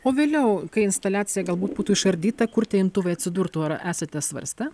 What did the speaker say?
o vėliau kai instaliacija galbūt būtų išardyta kur tie imtuvai atsidurtų ar esate svarstę